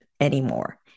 anymore